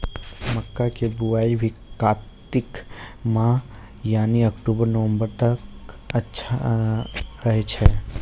मक्का के बुआई भी कातिक मास यानी अक्टूबर नवंबर तक अच्छा रहय छै